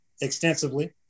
extensively